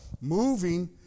moving